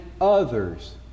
others